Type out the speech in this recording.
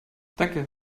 danke